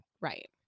Right